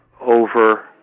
over